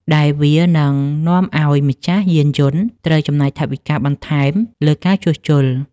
ដែលវានឹងនាំឱ្យម្ចាស់យានយន្តត្រូវចំណាយថវិកាបន្ថែមលើការជួសជុល។